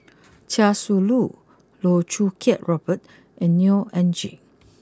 Chia Shi Lu Loh Choo Kiat Robert and Neo Anngee